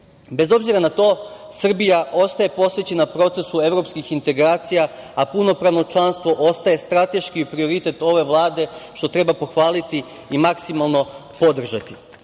obzira na to, Srbija ostaje posvećena procesu EU, a punopravno članstvo ostaje strateški prioritet ove Vlade, što treba pohvaliti i maksimalno podržati. Upravo